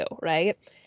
right